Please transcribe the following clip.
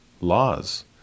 laws